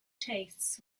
tastes